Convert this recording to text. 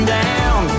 down